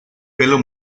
pelo